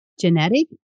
genetic